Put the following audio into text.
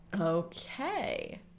Okay